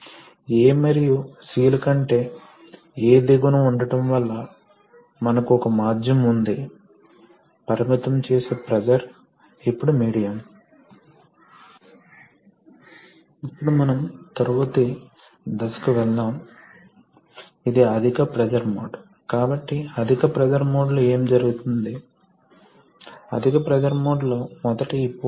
Refer Slide time 1529 ఈ సందర్భంలో ఈ ప్రత్యేక రేఖాచిత్రంలో పైలట్ లైన్ వర్కింగ్ లైన్ నుండి ఉద్భవించింది అది ఎప్పటికప్పుడు ఉండవచ్చు లేదా ఉండకపోవచ్చు మరియు పైలట్ లైన్ లాంగ్ డాష్లలో చూపబడుతుంది అదేవిధంగా మీరు కొన్ని డ్రైన్ లైన్లు కలిగి ఉండాలి ఎందుకంటే కొంత ద్రవపదార్థం బయటకు పోతుంది కాబట్టి మీరు వాటిని సేకరించాలి తద్వారా అవి ఇక్కడ మరియు అక్కడ చిందించవు అవి పోవు